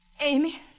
Amy